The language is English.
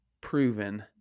proven